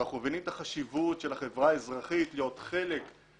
ואנחנו מבינים את החשיבות של החברה האזרחית להיות חלק מהתהליך,